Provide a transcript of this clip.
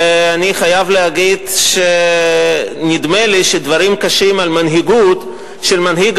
ואני חייב להגיד שנדמה לי שדברים קשים על מנהיגות של מנהיג